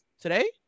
today